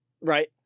Right